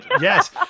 Yes